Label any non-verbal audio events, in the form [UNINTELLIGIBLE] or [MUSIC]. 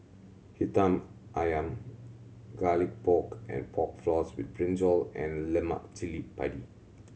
[UNINTELLIGIBLE] ayam Garlic Pork and Pork Floss with brinjal and lemak cili padi